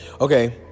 Okay